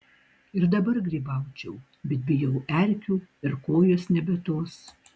ir dabar grybaučiau bet bijau erkių ir kojos nebe tos